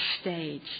stage